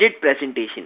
presentation